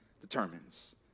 determines